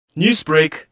Newsbreak